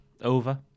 over